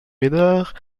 médard